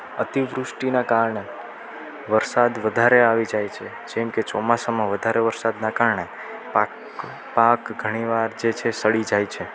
અતિવૃષ્ટિનાં કારણે વરસાદ વધારે આવી જાય છે જેમ કે ચોમાસામાં વધારે વરસાદનાં કારણે પાક પાક ઘણી વાર જે છે સડી જાય છે